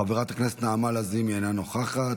חברת הכנסת נעמה לזימי, אינה נוכחת,